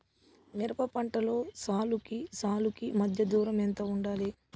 మిరప పంటలో సాలుకి సాలుకీ మధ్య దూరం ఎంత వుండాలి?